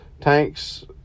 Tank's